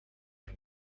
can